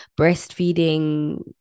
breastfeeding